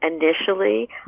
initially